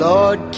Lord